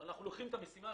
אנחנו לוקחים את המשימה.